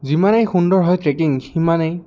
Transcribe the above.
যিমানেই সুন্দৰ হয় ট্ৰেকিং সিমানেই